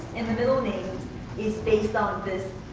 and the middle name is based on this